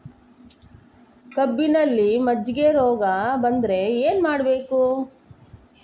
ಕಬ್ಬಿನಲ್ಲಿ ಮಜ್ಜಿಗೆ ರೋಗ ಬಂದರೆ ಏನು ಮಾಡಬೇಕು?